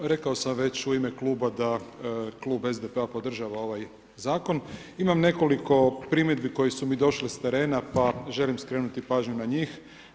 Rekao sam već u ime kluba da klub SDP-a podržava ovaj zakon, imam nekoliko primjedbi koje su mi došle s terena pa želim skrenuti pažnju na njih.